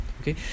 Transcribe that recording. Okay